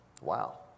Wow